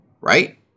right